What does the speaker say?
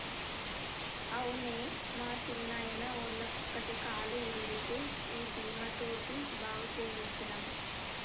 అవునే మా సిన్నాయిన, ఒళ్ళ కుక్కకి కాలు ఇరిగితే ఈ బీమా తోటి బాగు సేయించ్చినం